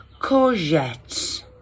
courgettes